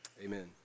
Amen